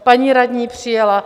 Paní radní přijela.